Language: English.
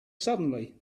suddenly